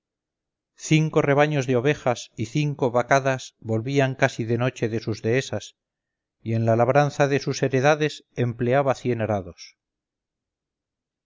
cinco rebaños de ovejas y cinco vacadas volvían casi de noche de sus dehesas y en la labranza de sus heredades empleaba